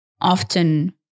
often